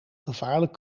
gevaarlijk